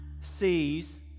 sees